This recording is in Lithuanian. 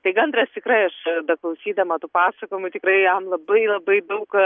tai gandras tikrai aš beklausydama tų pasakojimų tikrai jam labai labai daug